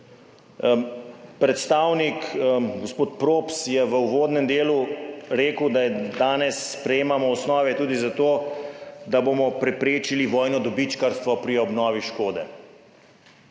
Predstavnik, gospod Props, je v uvodnem delu rekel, da danes sprejemamo osnove tudi za to, da bomo preprečili vojno dobičkarstvo pri obnovi škode.